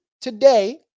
today